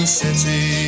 city